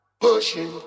Pushing